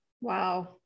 wow